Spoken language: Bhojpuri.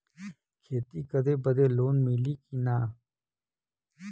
खेती करे बदे लोन मिली कि ना?